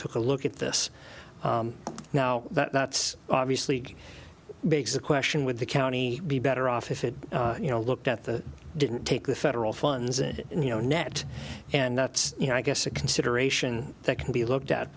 took a look at this now that's obviously the question with the county be better off if it you know looked at the didn't take the federal funds it you know net and that's you know i guess a consideration that can be looked at